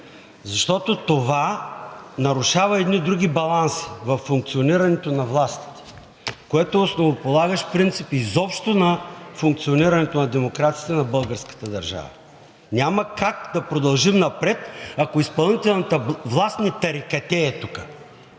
защото това нарушава едни други баланси във функционирането на властите, което е основополагащ принцип изобщо на функционирането, на демокрацията на българската държава. Няма как да продължим напред, ако изпълнителната власт не тарикатее тук.